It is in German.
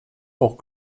auch